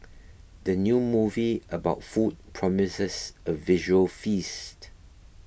the new movie about food promises a visual feast